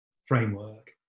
framework